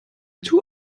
two